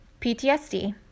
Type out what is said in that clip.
PTSD